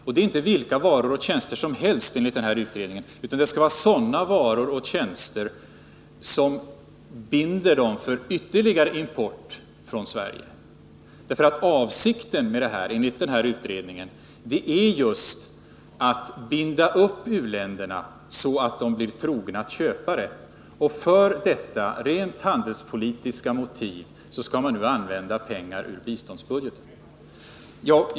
Och det är inte vilka varor och tjänster som helst, enligt den här utredningen, utan det skall vara sådana varor och tjänster som binder u-länderna för ytterligare import från Sverige. Avsikten med detta är enligt utredningen just att binda upp u-länderna så att de blir trogna köpare, och för detta rent handelspolitiska motiv vill man nu använda pengar ur biståndsbudgeten.